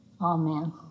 Amen